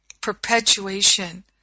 perpetuation